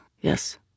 yes